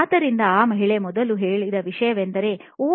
ಆದ್ದರಿಂದ ಆ ಮಹಿಳೆ ಮೊದಲು ಹೇಳಿದ ವಿಷಯವೆಂದರೆ ' ಓ